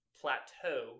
plateau